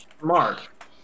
Mark